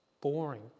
boring